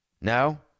No